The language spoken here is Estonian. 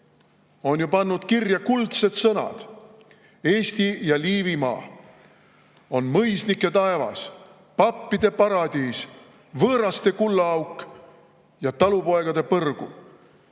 on pannud kirja kuldsed sõnad, et Eestimaa ja Liivimaa on mõisnike taevas, pappide paradiis, võõraste kullaauk ja talupoegade põrgu.